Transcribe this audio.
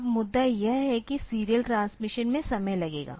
अब मुद्दा यह है कि सीरियल ट्रांसमिशन में समय लगेगा